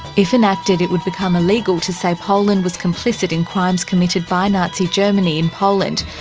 if enacted, it would become illegal to say poland was complicit in crimes committed by nazi germany in poland,